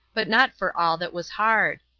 but not for all that was hard.